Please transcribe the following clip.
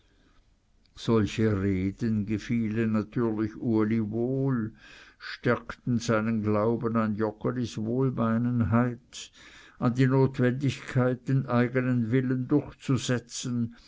solche reden gefielen natürlich uli wohl stärkten seinen glauben an joggelis wohlmeinenheit an die notwendigkeit den eigenen willen durchzusetzen